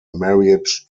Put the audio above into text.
marriage